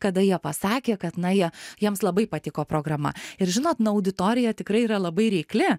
kada jie pasakė kad na jie jiems labai patiko programa ir žinot na auditorija tikrai yra labai reikli